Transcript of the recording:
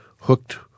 hooked